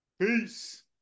Peace